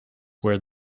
where